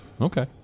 Okay